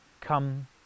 come